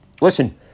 Listen